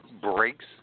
breaks